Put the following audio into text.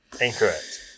Incorrect